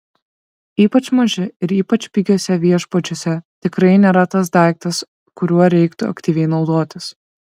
ypač maži ir ypač pigiuose viešbučiuose tikrai nėra tas daiktas kuriuo reiktų aktyviai naudotis